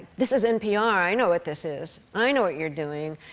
this is npr. i know what this is. i know what you're doing.